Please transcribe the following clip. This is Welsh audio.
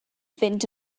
fynd